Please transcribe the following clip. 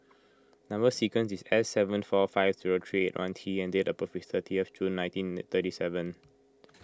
Number Sequence is S seven four five zero three T and date of birth is thirty F June nineteen thirty seven